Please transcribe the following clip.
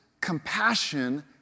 compassion